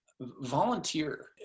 volunteer